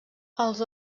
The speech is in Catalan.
els